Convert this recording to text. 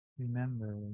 Remember